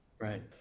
Right